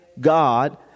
God